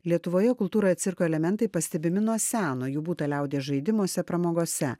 lietuvoje kultūroje cirko elementai pastebimi nuo seno jų būta liaudies žaidimuose pramogose